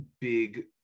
big